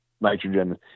nitrogen